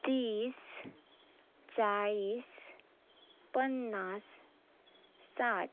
तीस चाळीस पन्नास साठ